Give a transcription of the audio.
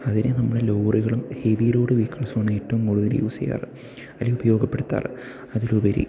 അതിന് നമ്മള് ലോറികളും ഹെവി ലോഡ് വെഹിക്കിൾസുമാണ് ഏറ്റവും കൂടുതൽ യൂസ് ചെയ്യാറ് അല്ലേ ഉപയോഗപ്പെടുത്താറ് അതിലുപരി